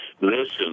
Listen